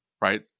Right